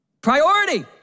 priority